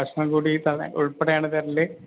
ഭക്ഷണം കൂടിയിട്ട് അതുൾപ്പെടെയാണ് തരൽ